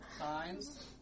Signs